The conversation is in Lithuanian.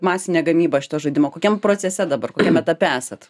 masinė gamyba šito žaidimo kokiam procese dabar kokiame etape esat